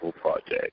Project